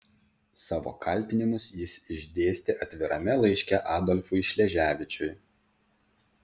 savo kaltinimus jis išdėstė atvirame laiške adolfui šleževičiui